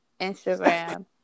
Instagram